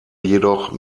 jedoch